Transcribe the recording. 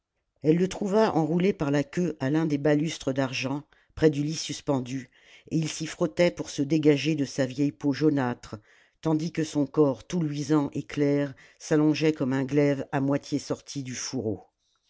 elle le trouva enroulé par la queue à l'un des balustres d'argent près du lit suspendu et il s'y frottait pour se dégager de sa vieille peau jaunâtre tandis que son corps tout luisant et clair s'allongeait comme un glaive à moitié sorti du fourreau